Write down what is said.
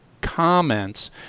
comments